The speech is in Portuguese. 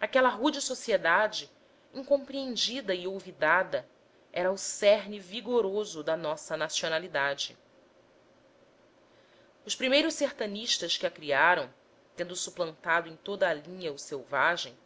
aquela rude sociedade incompreendida e olvidada era o cerne vigoroso da nossa nacionalidade os primeiros sertanistas que a criaram tendo suplantado em toda a linha o selvagem